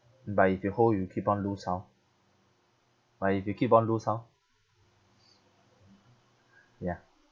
but if you hold you keep on lose how but if you keep on lose how ya